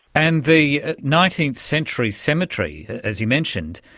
and the nineteenth century cemetery, as you mentioned,